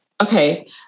okay